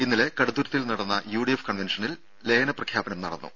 ഇന്നലെ കടുത്തുരുത്തിയിൽ നടന്ന യുഡിഎഫ് കൺവെൻഷനിൽ ലയന പ്രഖ്യാപനം നടന്നു